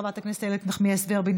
חברת הכנסת איילת נחמיאס ורבין,